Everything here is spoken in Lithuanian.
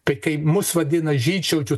tai kai mus vadina žydšaudžių